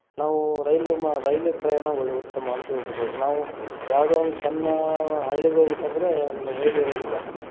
ನಾವು ರೈಲು ಮ ರೈಲು ಪ್ರಯಾಣ ಒಳ್ಳೆ ಉತ್ತಮ ಅಂತ ಹೇಳ್ಬೋದು ನಾವು ಯಾವುದೋ ಒಂದು ಸಣ್ಣ ಹಳ್ಳಿಗೆ ಹೋಗ್ಬೇಕೆಂದರೆ ರೈಲು ಇರುವುದಿಲ್ಲ